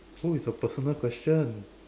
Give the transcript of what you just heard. oh it's a personal question